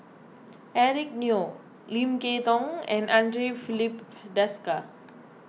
Eric Neo Lim Kay Tong and andre Filipe Desker